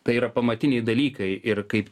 tai yra pamatiniai dalykai ir kaip